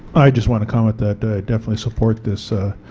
i just want to comment that i definitely support desk